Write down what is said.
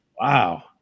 Wow